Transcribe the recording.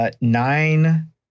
Nine